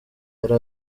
yari